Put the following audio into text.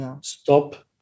Stop